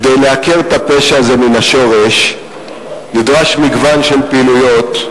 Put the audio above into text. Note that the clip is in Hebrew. כדי לעקור את הפשע הזה מן השורש נדרש מגוון של פעילויות,